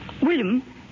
William